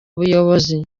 buyobozi